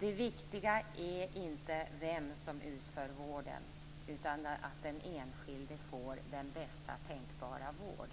Det viktiga är inte vem som utför vården utan att den enskilde får bästa tänkbara vård.